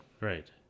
Right